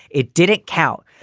it didn't count.